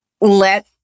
let